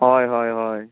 होय होय होय